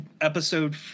episode